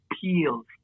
peels